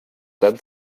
dead